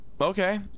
okay